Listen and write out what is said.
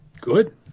good